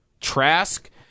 Trask